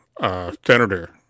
Senator